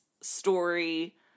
story